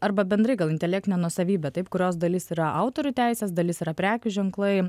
arba bendrai gal intelektinė nuosavybė taip kurios dalis yra autorių teisės dalis yra prekių ženklai